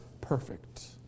perfect